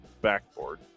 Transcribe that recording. backboard